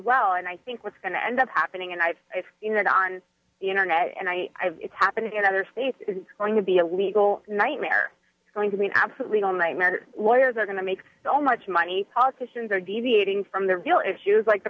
well and i think what's going to end up happening and i've seen that on the internet and i it's happening in other states is going to be a legal nightmare going to mean absolutely no nightmare lawyers are going to make so much money politicians are deviating from the real issues like the